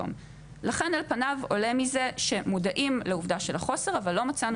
לכן על פניו עולה מזה שהם מודעים לעובדה של החוסר אבל לא מצאנו